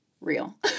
real